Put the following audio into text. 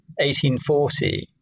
1840